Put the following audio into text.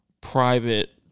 private